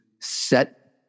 set